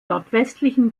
nordwestlichen